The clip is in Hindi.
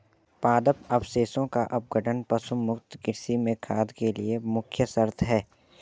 पादप अवशेषों का अपघटन पशु मुक्त कृषि में खाद के लिए मुख्य शर्त है